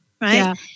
right